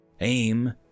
Aim